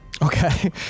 Okay